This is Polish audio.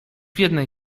jednej